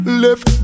left